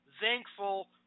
thankful